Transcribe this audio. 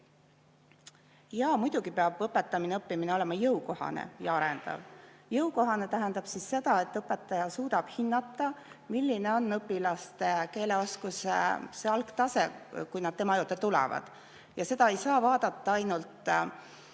Muidugi peab õpetamine ja õppimine olema jõukohane ja arendav. Jõukohane tähendab seda, et õpetaja suudab hinnata, milline on õpilaste keeleoskuse algtase, kui nad tema juurde tulevad. Seda ei saa vaadata ainult